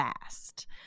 fast